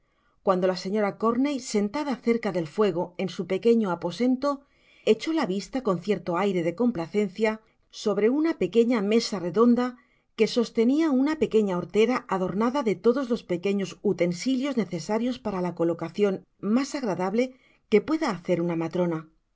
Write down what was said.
cuando la señora corney sentada cerca del fuego en su peqiteño aposento echó la vista con cierto aire de complacencia sobre una pequeña mesa redonda que sostenia una pequeña hortera adornada de todos los pequeños utensilios necesarios para la colacion mas agradable que pueda hacer una matrona